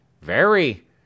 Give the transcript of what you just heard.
Very